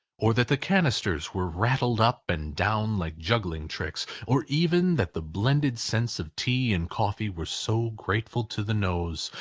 or that the canisters were rattled up and down like juggling tricks, or even that the blended scents of tea and coffee were so grateful to the nose,